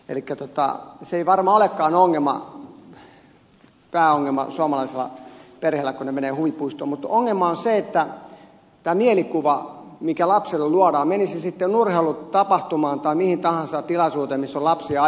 elikkä se ei varmaan olekaan pääongelma suomalaisella perheellä kun he menevät huvipuistoon vaan ongelma on tämä mielikuva mikä lapselle luodaan menivät he sitten urheilutapahtumaan tai mihin tahansa tilaisuuteen missä on lapsia